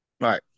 Right